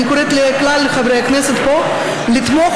אני קוראת לכלל חברי הכנסת פה לתמוך